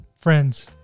friends